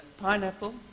pineapple